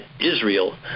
Israel